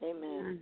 Amen